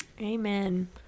Amen